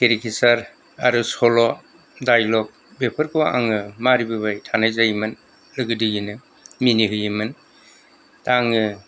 केरिकेसार आरो सल' दायल'ग बेफोरखौ आङो मारिबोबाय थानाय जायोमोन लोगो दिगिनो मिनिहोयोमोन दा आङो